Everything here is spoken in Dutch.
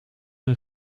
hun